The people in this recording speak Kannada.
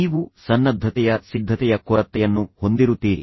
ನೀವು ಸನ್ನದ್ಧತೆಯ ಸಿದ್ಧತೆಯ ಕೊರತೆಯನ್ನು ಹೊಂದಿರುತ್ತೀರಿ